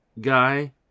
guy